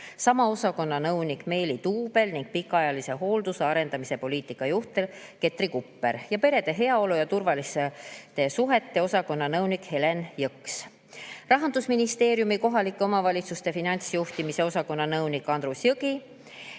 sama osakonna nõunik Meeli Tuubel ning pikaajalise hoolduse arendamise poliitika juht Ketri Kupper ning perede heaolu ja turvaliste suhete osakonna nõunik Helen Jõks, Rahandusministeeriumi kohalike omavalitsuste finantsjuhtimise osakonna nõunik Andrus Jõgi